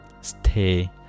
stay